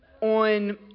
On